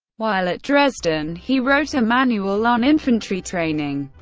while at dresden, he wrote a manual on infantry training,